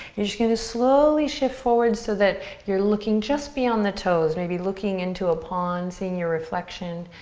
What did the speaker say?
you're just gonna slowly shift forward so that you're looking just beyond the toes. maybe looking into a pond, seeing your reflection.